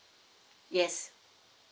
yes